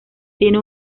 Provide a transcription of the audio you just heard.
tiene